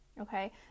Okay